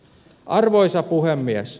arvoisa puhemies